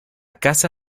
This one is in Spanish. casa